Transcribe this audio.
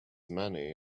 money